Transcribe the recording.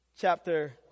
chapter